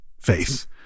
faith